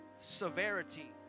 severity